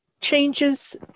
changes